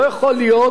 לא יכול להיות,